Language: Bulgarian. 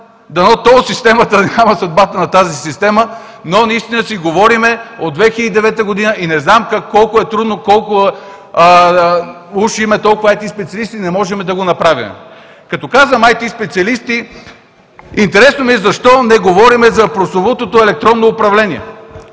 да няма съдбата на тази система, но наистина си говорим от 2009 г. и не знам колко е трудно, уж имаме толкова IT специалисти, а не можем да го направим. Като казвам IT специалисти, интересно ми е защо не говорим за прословутото електронно управление?